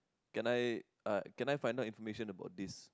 can I uh can I find out information about this